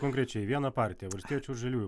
konkrečiai viena partija valstiečių ir žaliųjų